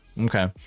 Okay